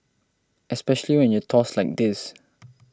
especially when you toss like this